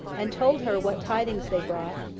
and told her what tidings they brought,